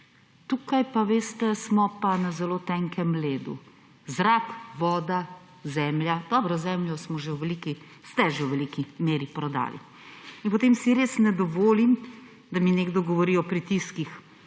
tukaj pa, veste, smo pa na zelo tenkem ledu. Zrak, voda, zemlja … Dobro, zemljo smo, ste že v veliki meri prodali, in potem si res ne dovolim, da mi nekdo govori o pritiskih